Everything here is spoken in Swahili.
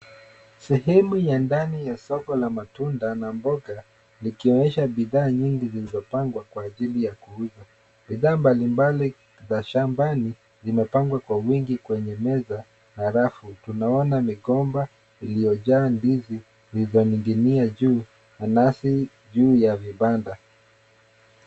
Sehemu ya ndani ya soko la matunda na mboga likionyesha bidhaa nyingi zilizopangwa kwa ajili ya kuuza. Bidhaa mbalimbali za shambani zimepangwa kwa wingi kwenye meza na rafu. Tunaona migomba iliyojaa ndizi zilizoning'inia juu na nanasi juu ya vibanda